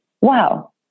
wow